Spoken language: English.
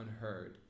unheard